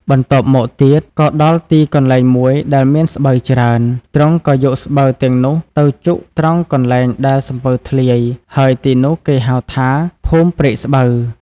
បន្ទាប់មកទៀត ក៏ដល់ទីកន្លែងមួយដែលមានស្បូវច្រើន ទ្រង់ក៏យកស្បូវទាំងនោះទៅជុកត្រង់កន្លែងដែលសំពៅធ្លាយ ហើយទីនោះគេហៅថា ភូមិព្រែកស្បូវ។